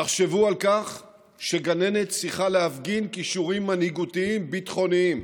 תחשבו על כך שגננת צריכה להפגין כישורים מנהיגותיים ביטחוניים